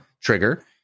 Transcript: trigger